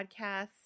podcasts